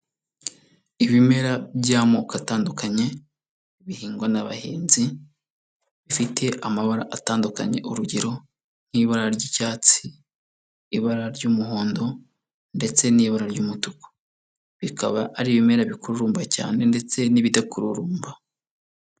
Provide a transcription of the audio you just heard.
Ibimera by'amoko atandukanye bihingwa n'abahinzi bifite amabara atandukanye, urugero nk'ibara ry'icyatsi, ibara ry'umuhondo, ndetse n'ibara ry'umutuku, bikaba ari ibimera bikururumba cyane ndetse n'ibidakururumba.